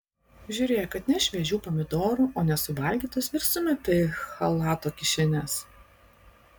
žiūrėk atneš šviežių pomidorų o nesuvalgytus ir sumeta į chalato kišenes